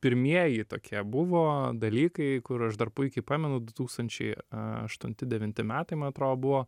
pirmieji tokie buvo dalykai kur aš dar puikiai pamenu du tūkstančiai aštunti devinti metai man atrodo buvo